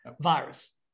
virus